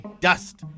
dust